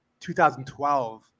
2012